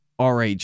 RH